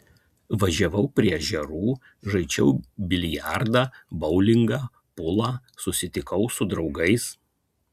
važiavau prie ežerų žaidžiau biliardą boulingą pulą susitikau su draugais